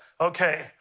Okay